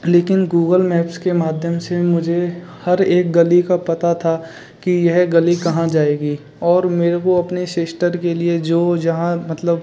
लेकिन Google Maps के माध्यम से मुझे हर एक गली का पता था कि यह गली कहाँ जाएगी और मेरे को अपनी सिश्टर के लिए जो जहाँ मतलब